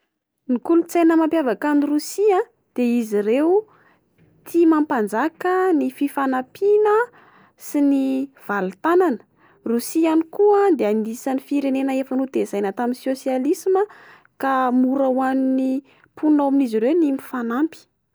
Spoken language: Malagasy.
Ny kolontsaina mampiavaka an'i Rosia dia izy ireo tia mampanjaka ny fifanampiana sy ny valin-tanana. Rosia ihany koa de anisan'ny firenena efa notezaina tamin'ny sosialisma ka mora ho an'ny mponina ao amin'izy ireo ny mifanampy.